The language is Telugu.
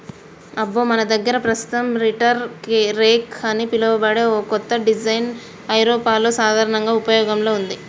అబ్బో మన దగ్గర పస్తుతం రీటర్ రెక్ అని పిలువబడే ఓ కత్త డిజైన్ ఐరోపాలో సాధారనంగా ఉపయోగంలో ఉంది